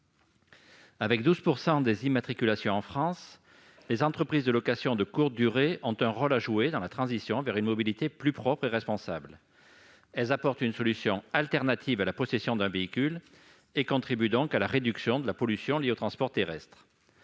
avec 12 % des immatriculations en France, les entreprises de location de courte durée ont un rôle à jouer dans la transition vers une mobilité plus propre et responsable. Elles apportent une solution alternative à la possession d'un véhicule et contribuent à la réduction de la pollution liée aux transports terrestres.